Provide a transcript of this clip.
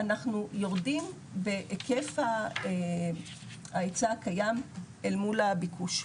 אנחנו יורדים בהיקף ההיצע הקיים אל מול הביקוש.